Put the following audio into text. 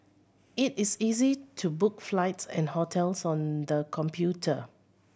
it is easy to book flights and hotels on the computer